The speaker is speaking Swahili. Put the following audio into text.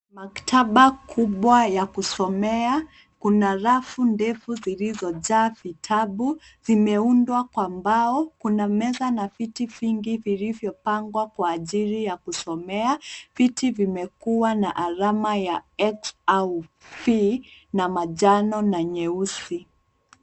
Maktaba kubwa ya kusomea. Kuna rafu ndefu zilizojaa vitabu, vimeundwa kwa mbao. Kuna meza na viti vingi vilivyopangwa kwa ajili ya kusomea. Viti vimekuwa na alama ya x au v na manjano na nyeusi.